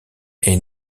est